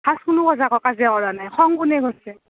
first কোনো কাজ্যা কৰা নাই খং কোনে কৰচে